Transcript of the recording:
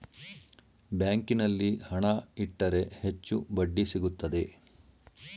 ಬ್ಯಾಂಕಿನಲ್ಲಿ ಹಣ ಇಟ್ಟರೆ ಹೆಚ್ಚು ಬಡ್ಡಿ ಸಿಗುತ್ತದೆ